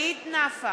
יוסי פלד, מצביע